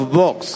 box